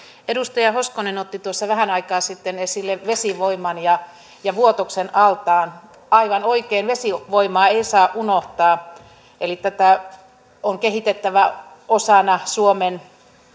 edustaja hoskonen otti tuossa vähän aikaa sitten esille vesivoiman ja ja vuotoksen altaan aivan oikein vesivoimaa ei saa unohtaa eli tätä on kehitettävä osana suomen